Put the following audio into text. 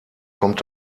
kommt